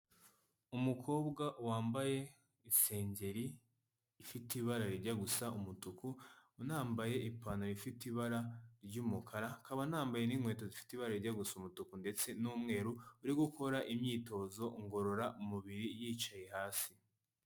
Umukobwa wambaye isengeri ifite ibara rijya gusa umutuku, unambaye ipantaro ifite ibara ry'umukara, akaba anambaye n'inkweto zifite ibara rijya gusa umutuku ndetse n'umweru, uri gukora imyitozo ngororamubiri yicaye hasi.